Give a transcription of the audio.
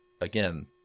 again